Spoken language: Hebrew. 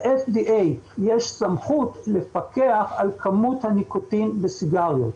ל-FDA יש סמכות לפקח על כמות הניקוטין בסיגריות.